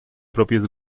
propios